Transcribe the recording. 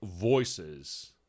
voices